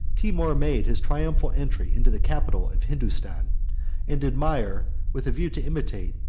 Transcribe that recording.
timour made his triumphal entry into the capital of hindostan and admired, with a view to imitate,